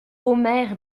omer